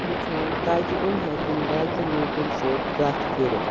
ہیٚچھان تاکہِ یِم ہٮ۪کَن باقیَن لوٗکَن سۭتۍ کَتھ کٔرِتھ